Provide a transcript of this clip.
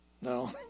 No